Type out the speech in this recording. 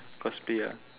cosplay ah